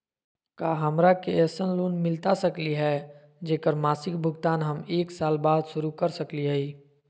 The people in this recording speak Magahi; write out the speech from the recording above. का हमरा के ऐसन लोन मिलता सकली है, जेकर मासिक भुगतान हम एक साल बाद शुरू कर सकली हई?